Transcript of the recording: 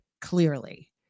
clearly